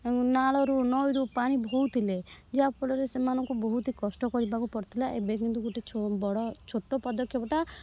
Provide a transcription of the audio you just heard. ନାଳରୁ ନଈରୁ ପାଣି ବୋହୁଥିଲେ ଯାହାଫଳରେ ସେମାନଙ୍କୁ ବହୁତ କଷ୍ଟ କ ରିବାକୁ ପଡ଼ୁଥିଲା ଏବେ କିନ୍ତୁ ଗୋଟେ ବଡ଼ ଛୋଟ ପଦକ୍ଷେପଟା